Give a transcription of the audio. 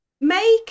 Make